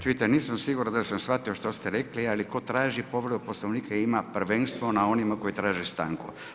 Čujte nisam siguran da sam shvatio što ste rekli ali tko traži povredu Poslovnika ima prvenstvo na onima koji traže stanku.